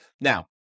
Now